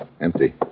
Empty